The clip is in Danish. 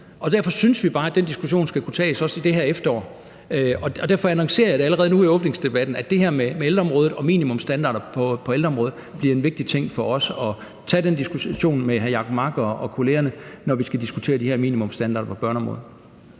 Derfor synes vi bare, at den diskussion også skal kunne tages i det her efterår. Derfor annoncerer jeg allerede nu i åbningsdebatten, at det her med ældreområdet og minimumsstandarder på ældreområdet bliver en vigtig diskussion for os at tage med hr. Jacob Mark og kollegerne, når vi skal diskutere de her minimumsstandarder på børneområdet.